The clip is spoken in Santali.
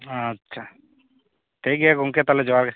ᱟᱪᱪᱷᱟ ᱴᱷᱤᱠ ᱜᱮᱭᱟ ᱜᱚᱝᱠᱮ ᱛᱟᱦᱚᱞᱮ ᱦᱚᱡᱟᱨ ᱜᱮ